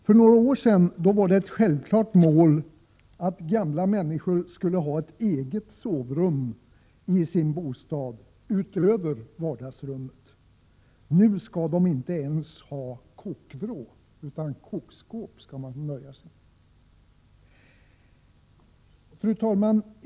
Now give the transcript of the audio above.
För några år sedan var det ett självklart mål att gamla människor skulle ha ett eget sovrum i sin bostad utöver vardagsrummet. Nu skall de inte ens ha kokvrå utan skall få nöja sig med kokskåp! Fru talman!